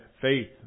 faith